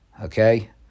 Okay